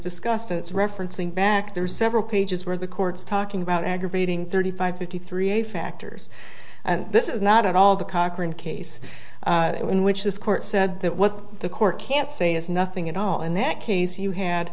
it's referencing back there's several pages where the court's talking about aggravating thirty five fifty three a factors and this is not at all the cochran case when which this court said that what the court can't say is nothing at all in that case you had